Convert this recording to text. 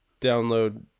download